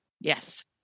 yes